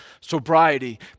Sobriety